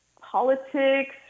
politics